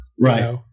Right